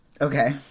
okay